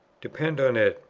depend on it,